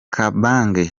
kabange